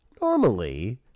normally